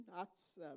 Acts